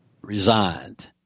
resigned